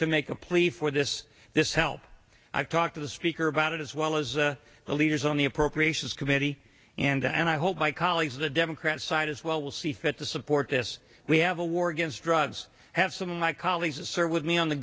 to make a plea for this this help i've talked to the speaker about it as well as the leaders on the appropriations committee and i hope my colleagues the democrat side as well will see fit to support this we have a war against drugs have some of my colleagues serve with me on the